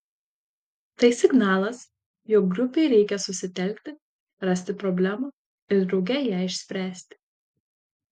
tai signalas jog grupei reikia susitelkti rasti problemą ir drauge ją išspręsti